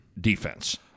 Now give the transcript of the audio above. defense